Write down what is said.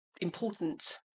important